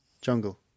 Jungle